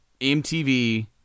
MTV